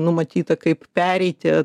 numatyta kaip pereiti